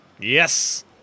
Yes